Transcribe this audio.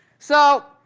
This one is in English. so,